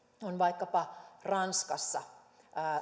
on vaikkapa ranskassa